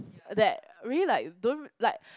that really like don't like